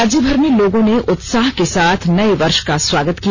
राज्यभर में लोगों ने उत्साह के साथ नए वर्ष का स्वागत किया